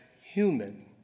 human